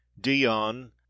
Dion